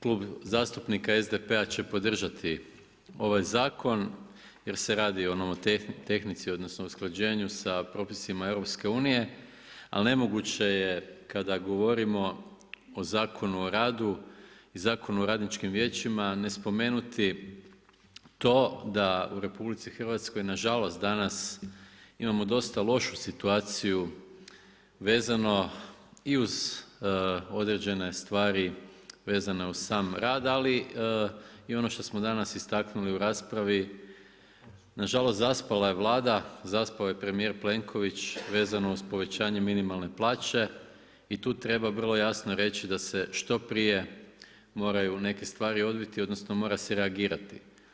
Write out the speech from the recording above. Klub zastupnika SDP-a će podržati ovaj zakon jer se radi o nomotehnici odnosno o usklađenju s propisima EU, ali nemoguće je kada govorimo o Zakonu o radu i Zakonu o radničkim vijećima ne spomenuti to da u RH nažalost danas imamo lošu situaciju vezano i uz određene stvari vezane uz sam rad, ali i ono što smo danas istaknuli u raspravi nažalost zaspala je Vlada, zaspao je premijer Plenković vezano uz povećanje minimalne plaće i tu treba vrlo jasno reći da se što prije moraju neke stvari odviti odnosno mora se reagirati.